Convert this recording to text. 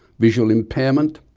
visual impairment,